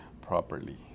properly